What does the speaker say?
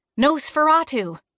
Nosferatu